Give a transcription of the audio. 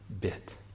bit